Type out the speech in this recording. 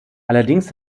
allerdings